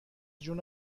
جون